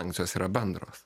sankcijos yra bendros